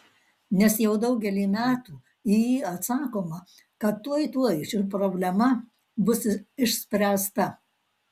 nes jau daugelį metų į jį atsakoma kad tuoj tuoj ši problema bus išspręsta